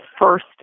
first